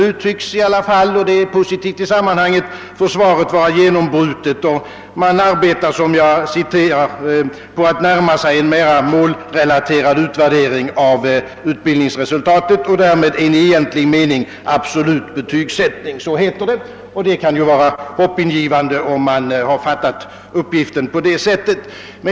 Nu tycks dock — och det är positivt i sammanhanget — försvaret vara genombrutet och man arbetar på att närma sig en mer målrelaterad utvärdering av utbildningsresultatet och därmed en i egentlig mening absolut betygsättning. Det kan vara hoppingivande om man fattar uppgiften på det sättet.